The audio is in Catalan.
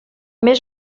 més